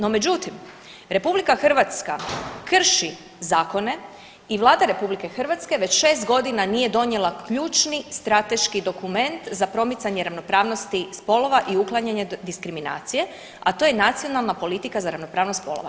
No, međutim, RH krši zakone i Vlada RH već 6 godina nije donijela ključni strateški dokument za promicanje ravnopravnosti spolova i uklanjanje diskriminacije, a to je Nacionalna politika za ravnopravnost spolova.